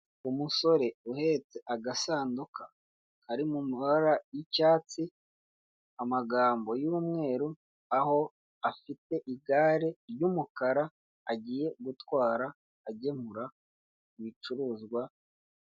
Umusore uhetse agasanduka kari mumabara y'icyatsi, amagambo y'umweru, aho afite igare ry'umukara agiye gutwara agemura ibicuruzwa.